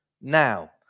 now